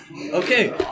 Okay